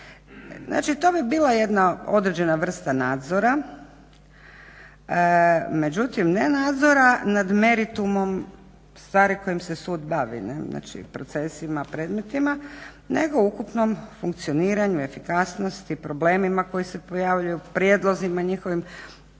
Znači to bi bila jedna određena vrsta nadzora, međutim ne nadzora nad meritumom stvari kojim se sud bavi, znači procesima, predmetima nego u ukupnom funkcioniranju, efikasnosti, problemima koji se pojavljuju, prijedlozima njihovim